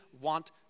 want